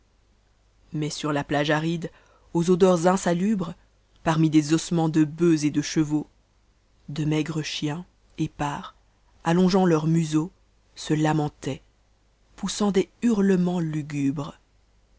mais sur la plage aride aux odeurs insalubres parmi des ossements de bœufs et de chevaux de maires chiens épars allongeant leurs museaux se lamentaient poussant